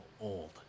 old